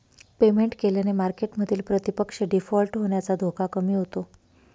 payment केल्याने मार्केटमधील प्रतिपक्ष डिफॉल्ट होण्याचा धोका कमी होतो